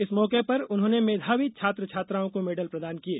इस मौके पर उन्होंने मेधावी छात्र छात्राओं को मेडल प्रदान किए